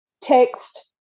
text